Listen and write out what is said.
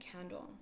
candle